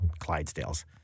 Clydesdales